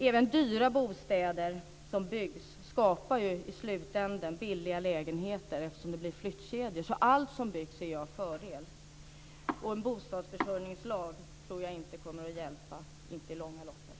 Även dyra bostäder som byggs skapar ju i slutändan billiga lägenheter eftersom det blir flyttkedjor, så allt som byggs är till fördel. En bostadsförsörjningslag tror jag inte kommer att hjälpa, inte i det långa loppet.